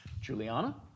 Juliana